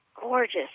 gorgeous